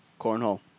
Cornhole